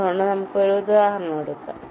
അതുകൊണ്ട് നമുക്ക് ഒരു ഉദാഹരണം എടുക്കാം